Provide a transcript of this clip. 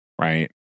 Right